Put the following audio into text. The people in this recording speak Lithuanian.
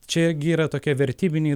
čia gi yra tokie vertybiniai